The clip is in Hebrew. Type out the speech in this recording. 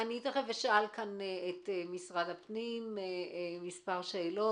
תכף אשאל את משרד הפנים מספר שאלות,